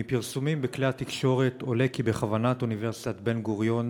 מפרסומים בכלי התקשורת עולה כי בכוונת אוניברסיטת בן-גוריון